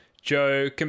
Joe